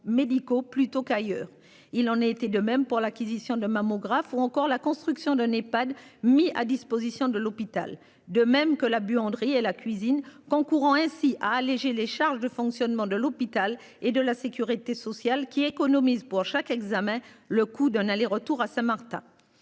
Il en a été de même pour l'acquisition de mammographes ou encore la construction d'Nepad, mis à disposition de l'hôpital de même que la buanderie et la cuisine concourant ainsi à alléger les charges de fonctionnement de l'hôpital et de la sécurité sociale qui économise pour chaque examen le coût d'un aller retour à Saint-Martin.